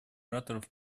ораторов